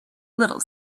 little